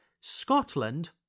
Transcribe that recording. Scotland